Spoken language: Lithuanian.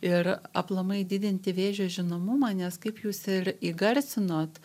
ir aplamai didinti vėžio žinomumą nes kaip jūs ir įgarsinot